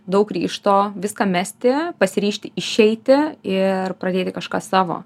daug ryžto viską mesti pasiryžti išeiti ir pradėti kažką savo